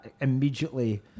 immediately